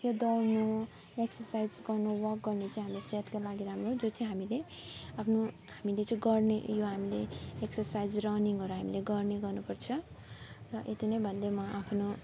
यो दौड्नु एक्सर्साइज गर्नु वक गर्नु चाहिँ हाम्रो सेहतको लागि राम्रो हो जो चाहिँ हामीले आफ्नो हामीले चाहिँ गर्ने यो हामीले एक्सर्साइज रनिङहरू हामीले गर्ने गर्नुपर्छ र यति नै भन्दै म आफ्नो